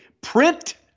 print